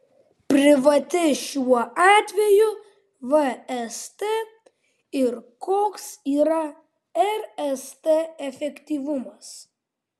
privati šiuo atveju vst ir koks yra rst efektyvumas